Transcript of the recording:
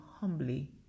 humbly